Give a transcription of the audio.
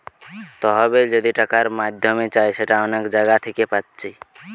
তহবিল যদি টাকার মাধ্যমে চাই সেটা অনেক জাগা থিকে পাচ্ছি